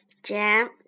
Jam